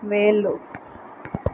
వేళ్ళు